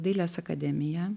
dailės akademiją